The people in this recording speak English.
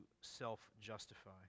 self-justify